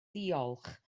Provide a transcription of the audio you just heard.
diolch